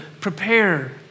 prepare